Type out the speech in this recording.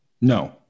No